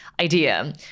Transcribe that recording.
idea